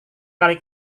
kali